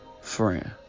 friend